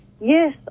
Yes